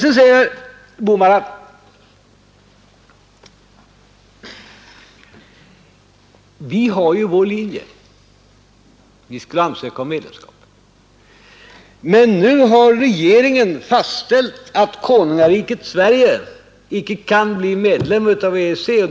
Så säger herr Bohman: ”Vi har ju vår linje. Sverige skulle ansöka om medlemskap. Men nu har regeringen fastställt att konungariket Sverige inte kan bli medlem av EEC.